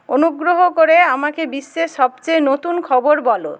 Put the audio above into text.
অনুগ্রহ করে আমাকে বিশ্বের সবচেয়ে নতুন খবর বলো